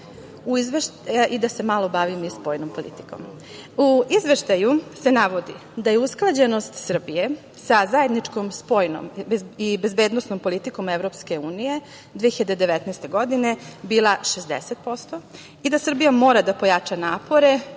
i da se malo bavim spoljnom politikom.U izveštaju se navodi da je usklađenost Srbije sa zajedničkom spoljnom i bezbednosnom politikom EU 2019. godine bila 60% i da Srbija mora da pojača napore,